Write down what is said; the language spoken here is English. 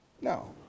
No